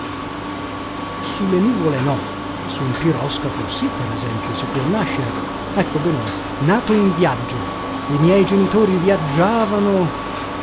le nuvole no ma su un piroscafo sì per esempio si può nascere ecco benone nato in viaggio i miei genitori viaggiavano